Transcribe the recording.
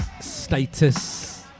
Status